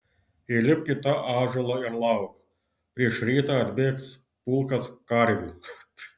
įlipk į tą ąžuolą ir lauk prieš rytą atbėgs pulkas karvių